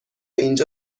اینجا